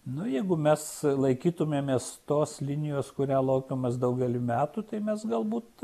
nu jeigu mes laikytumėmės tos linijos kurią laikėmės daugelį metų tai mes galbūt